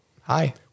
hi